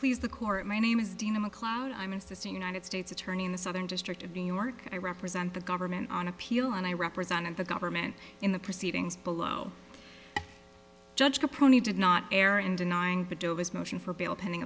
please the court my name is dina mcleod i'm assisting united states attorney in the southern district of new york i represent the government on appeal and i represented the government in the proceedings below judge the pony did not err in denying his motion for bail